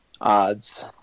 odds